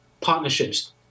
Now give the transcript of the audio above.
partnerships